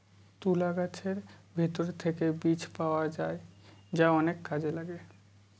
তুলা গাছের ভেতর থেকে বীজ পাওয়া যায় যা অনেক কাজে লাগে